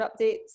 updates